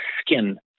skin